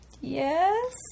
Yes